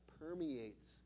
permeates